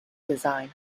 design